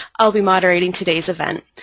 i'll be moderating today's event.